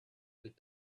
with